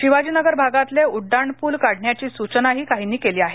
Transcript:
शिवाजीनगर भागातले उड्डाणपूल काढण्याची सूचना काहींनी केली आहे